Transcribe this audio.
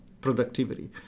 productivity